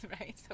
right